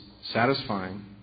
satisfying